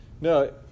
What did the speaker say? No